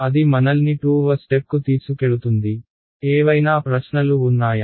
అది మనల్ని 2 వ స్టెప్కు తీసుకెళుతుంది ఏవైనా ప్రశ్నలు వున్నాయా